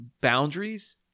boundaries